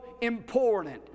important